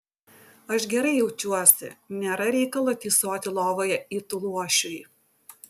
aš gerai jaučiuosi nėra reikalo tysoti lovoje it luošiui